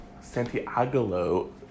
Santiago